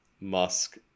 Musk